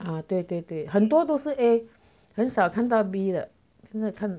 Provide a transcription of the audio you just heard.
啊对对对很多都是 A 很少看到 B 的真的看